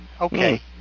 Okay